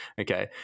okay